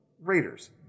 Raiders